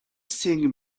sing